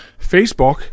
Facebook